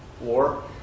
war